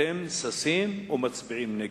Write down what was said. אתם ששים ומצביעים נגד?